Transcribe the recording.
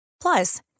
Plus